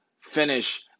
finish